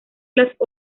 las